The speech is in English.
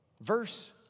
Verse